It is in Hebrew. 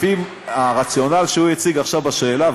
לפי הרציונל שהוא הציג עכשיו בשאלה,